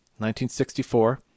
1964